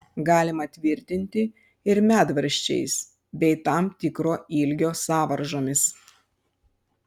galima tvirtinti ir medvaržčiais bei tam tikro ilgio sąvaržomis